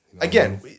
Again